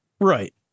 right